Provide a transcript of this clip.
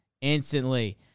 instantly